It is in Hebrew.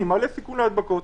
אני מעלה סיכון להדבקות.